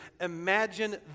imagine